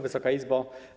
Wysoka Izbo!